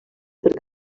perquè